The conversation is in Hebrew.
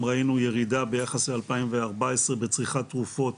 ראינו ירידה ביחס ל- 2014 בצריכת תרופות